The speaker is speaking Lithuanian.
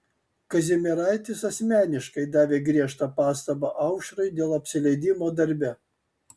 kazimieraitis asmeniškai davė griežtą pastabą aušrai dėl apsileidimo darbe